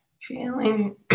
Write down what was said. Feeling